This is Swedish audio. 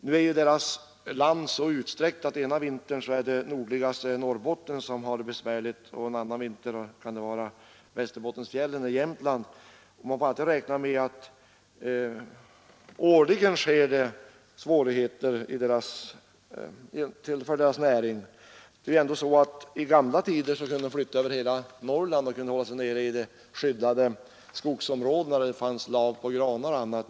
Nu är ju samernas land så vidsträckt att det ena vintern kan vara nordligaste Norrbotten som har det besvärligt och en annan vinter kan det vara Västerbottensfjällen eller Jämtland. Man får nog räkna med att det årligen uppstår svårigheter för deras näring. I gamla tider kunde samerna flytta över hela Norrland. De kunde hålla sig nere i det skyddade skogsområdet där det t.ex. fanns lav och granar.